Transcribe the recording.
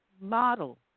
model